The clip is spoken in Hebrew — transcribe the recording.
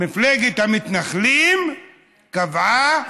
מפלגת המתנחלים קבעה: